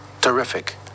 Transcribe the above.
Terrific